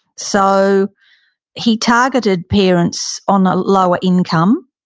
so he targeted parents on lower income,